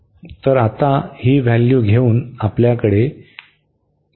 तर या ची व्हॅल्यू 1 आहे